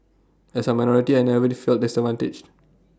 as A minority I never the felt disadvantaged